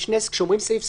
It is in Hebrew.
כשאומרים סעיף סל,